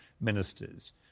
ministers